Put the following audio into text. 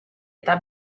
eta